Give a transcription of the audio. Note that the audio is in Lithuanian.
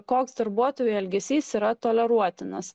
koks darbuotojų elgesys yra toleruotinas